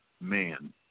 man